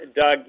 Doug